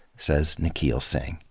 says nikhil singh.